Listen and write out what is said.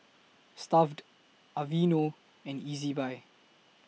Stuff'd Aveeno and Ezbuy